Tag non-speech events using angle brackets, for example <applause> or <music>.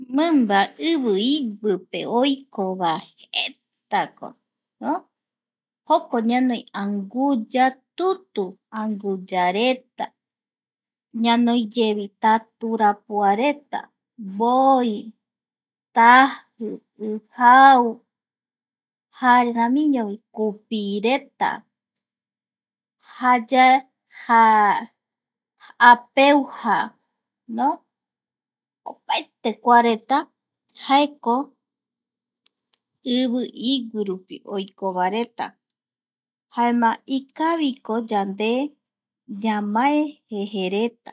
Mimba ivi iguipe oikova jetako no joko ñañoi angu-yatutu, anguyareta, ñanoiyevi taurapua reta, mboi, taji, ijau jaeramiñovi kupireta jayae. <hesitation> Apeujano opaete kua reta jaeko ivi iguirupi oiko vaereta jaema ikaviko yande ñamae jeje reta.